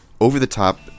over-the-top